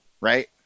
right